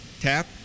tap